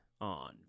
on